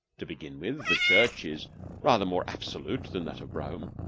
to begin with, the church is rather more absolute than that of rome.